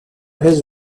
his